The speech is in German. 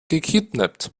gekidnappt